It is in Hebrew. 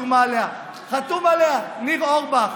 חתום עליה ניר אורבך,